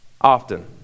often